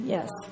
Yes